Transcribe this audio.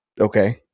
okay